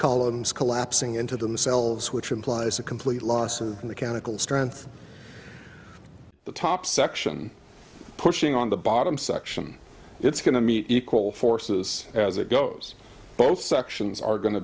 columns collapsing into themselves which implies a complete loss and the capital strength the top section pushing on the bottom section it's going to meet equal forces as it goes both sections are going to